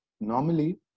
normally